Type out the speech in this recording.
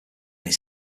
its